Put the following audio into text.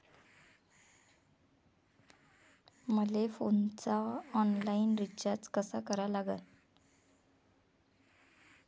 मले फोनचा online recharge कसा करा लागन?